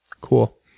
cool